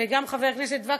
וגם חבר הכנסת וקנין,